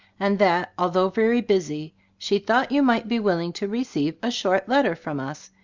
and that, although very busy, she thought you might be willing to re ceive a short letter from us,